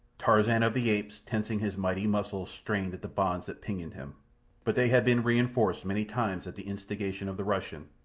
tarzan of the apes, tensing his mighty muscles, strained at the bonds that pinioned him but they had been re-enforced many times at the instigation of the russian,